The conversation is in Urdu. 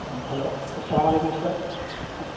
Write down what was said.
ہلو السلام علیکم سر